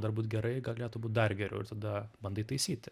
dar būt gerai galėtų būt dar geriau ir tada bandai taisyti